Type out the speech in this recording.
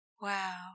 Wow